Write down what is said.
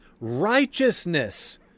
righteousness